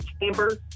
Chamber